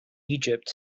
egypt